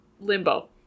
limbo